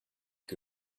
que